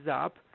up